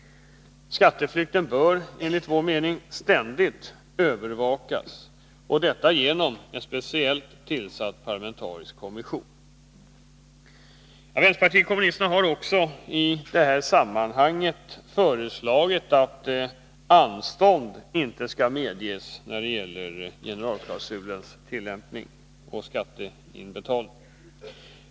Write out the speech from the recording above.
Skatteflykten bör enligt vår mening ständigt beivras, och detta genom en speciellt tillsatt parlamentarisk kommission. Vänsterpartiet kommunisterna har i det här sammanhanget också föreslagit att anstånd inte skall medges med skatteinbetalning vid generalklausulens tillämpning.